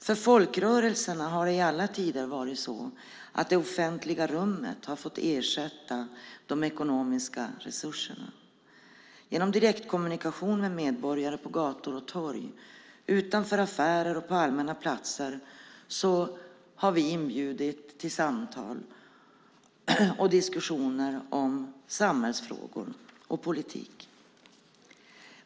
För folkrörelserna har det offentliga rummet i alla tider fått ersätta de ekonomiska resurserna. Genom direktkommunikation med medborgare på gator och torg, utanför affärer och på andra allmänna platser har vi inbjudit till samtal och diskussioner om samhällsfrågor och politik.